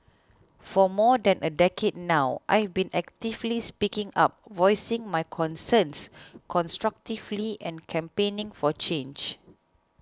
for more than a decade now I've been actively speaking up voicing my concerns constructively and campaigning for change